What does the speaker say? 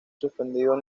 suspendido